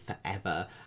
forever